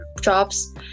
jobs